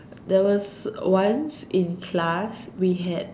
there was once in class we had